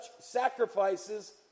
sacrifices